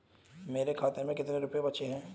मेरे खाते में कितने रुपये बचे हैं?